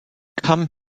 come